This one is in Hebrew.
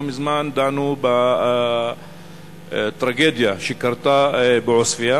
לא מזמן דנו בטרגדיה שקרתה בעוספיא,